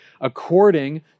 according